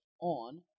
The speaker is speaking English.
on